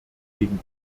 gegen